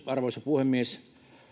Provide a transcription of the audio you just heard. arvoisa puhemies